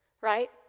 right